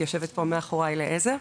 יושבת פה מאחוריי לעזר.